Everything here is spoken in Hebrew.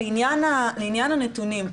לעניין הנתונים,